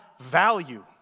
value